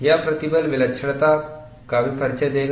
यह प्रतिबल विलक्षणता का भी परिचय देगा